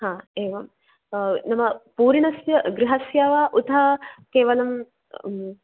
हा एवं नाम पूर्णस्य गृहस्य वा उत केवलम्